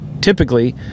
typically